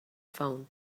phone